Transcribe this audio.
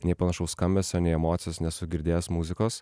nei panašaus skambesio nei emocijos nesu girdėjęs muzikos